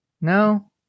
No